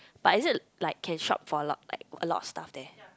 but is it like can shop for a lot like a lot of stuff there